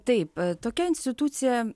taip tokia institucija